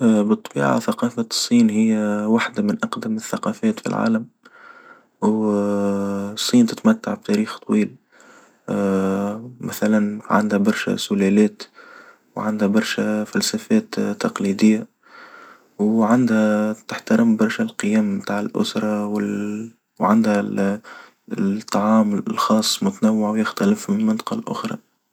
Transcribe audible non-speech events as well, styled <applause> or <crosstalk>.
بالطبيعة ثقافة الصين هي واحدة من أقدم الثقافات في العالم، و <hesitation> الصين تتمتع بتاريخ طويل، <hesitation> مثلًا عندها برشا سلالات وعندها برشا فلسفات تقليدية وعندها تحترم برشا القيم متاع، وعندها الطعام الخاص متنوع ويختلف من منطقة لأخرى.